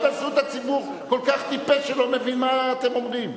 אל תעשו את הציבור כל כך טיפש שלא מבין מה אתם אומרים.